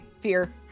fear